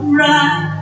right